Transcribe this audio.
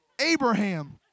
Abraham